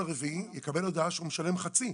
מה- 1.4.2023 יקבל הודעה שהוא משלם חצי.